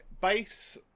base